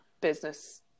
business